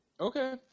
Okay